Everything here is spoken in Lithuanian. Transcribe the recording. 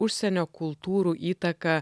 užsienio kultūrų įtaką